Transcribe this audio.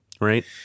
Right